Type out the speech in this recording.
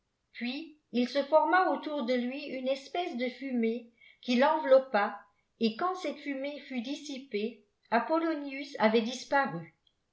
mis il se forma autour de lui une espèce de fumée qui fenveoppa et quand cette fumée fut dissipée apollonius avait disparu